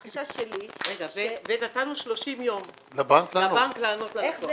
החשש שלי -- ונתנו 30 יום לבנק לענות ללקוח.